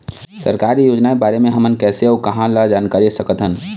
सरकार के योजना के बारे म हमन कैसे अऊ कहां ल जानकारी सकथन?